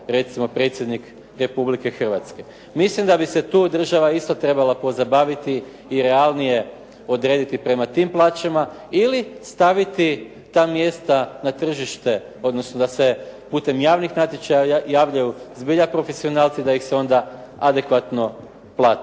recimo predsjednik Republike Hrvatske. Mislim da bi se tu isto država trebala pozabaviti i realnije odrediti prema tim plaćama ili staviti ta mjesta na tržište odnosno da se putem javnih natječaja javljaju zbilja profesionalci, da ih se onda adekvatno plati.